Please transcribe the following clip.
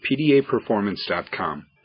pdaperformance.com